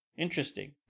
interesting